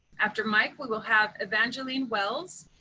after mike, we will have evangeline wells.